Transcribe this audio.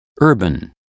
urban